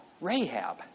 Rahab